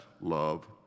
love